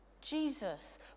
Jesus